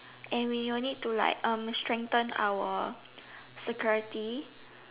and we all need to like um strengthen our security